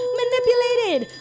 manipulated